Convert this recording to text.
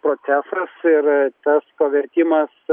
procesas ir toks pavertimas